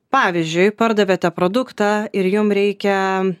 pavyzdžiui pardavėte produktą ir jum reikia